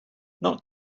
not